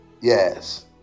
Yes